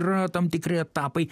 yra tam tikri etapai